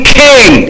king